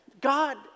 God